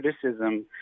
criticism